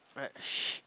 I